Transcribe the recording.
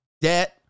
debt